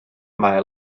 mae